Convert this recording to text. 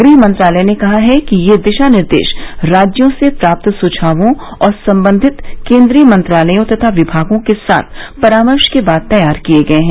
गृह मंत्रालय ने कहा है कि ये दिशा निर्देश राज्यों से प्राप्त सुझावों और संबंधित केंद्रीय मंत्रालयों तथा विभागों के साथ परामर्श के बाद तैयार किए गए हैं